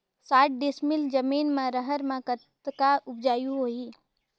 साठ डिसमिल जमीन म रहर म कतका उपजाऊ होही?